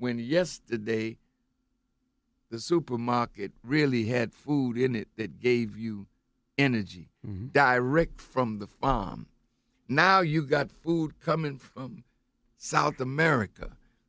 when you yesterday the supermarket really had food in it that gave you energy direct from the now you got food coming from south america